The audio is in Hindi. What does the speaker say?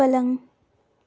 पलंग